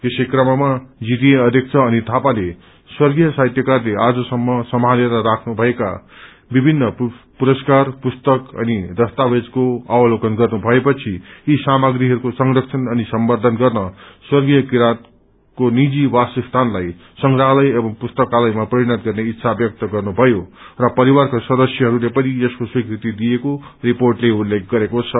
यसै कममा जीटीए अध्यक्ष अनित थापाले स्वर्गीय साहित्यकारले आजसम्म सम्हालेर राख्न भएका विभिन्न पुरस्कार पुस्तक अनि दस्तावेजको अवलोकन गर्नुभए पछि यी सामाग्रीहरूको संरक्षण अनि सम्बर्खन गर्ने स्वर्गीय किरातका निजी वास स्थानलाई संग्रहालय एवं पुस्तकालयमा परिणत गर्ने इच्छा व्यक्त गर्नु भयो र परिवारका सदस्यहरूले पनि यसको स्वीकृति दिएको रिपोर्टते उल्लेख गरेको छ